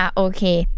okay